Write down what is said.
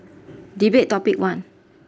debate topic one